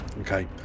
Okay